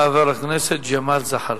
חבר הכנסת ג'מאל זחאלקה.